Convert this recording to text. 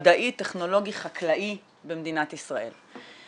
מדעי, טכנולוגי, חקלאי במדינת ישראל.